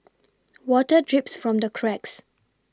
water drips from the cracks